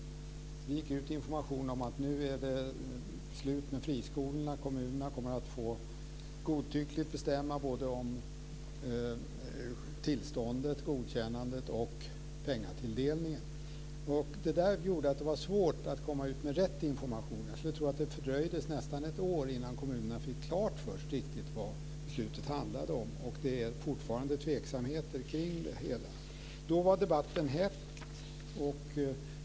Det gick ut information om att nu är det slut med friskolorna; kommunerna kommer att godtyckligt få bestämma om tillståndet, dvs. godkännandet, och pengatilldelningen. Detta gjorde att det var svårt att komma ut med rätt information. Jag skulle tro att det dröjde nästan ett år innan kommunerna riktigt fick klart för sig vad beslutet handlade om. Det är också fortfarande tveksamheter kring det hela. Då var debatten het.